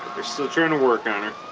they're still trying to work on her